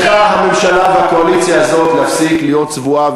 צריכה הממשלה והקואליציה הזו להפסיק להיות צבועה